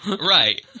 Right